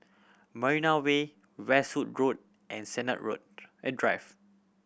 Marina Way Westwood Road and Sennett Road and Drive